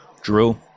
Drew